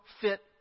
fit